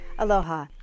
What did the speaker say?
Aloha